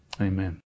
amen